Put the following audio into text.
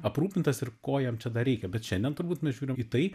aprūpintas ir ko jam čia dar reikia bet šiandien turbūt mes žiūrim į tai